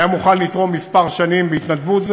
היה מוכן לתרום כמה שנים בהתנדבות,